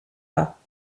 pas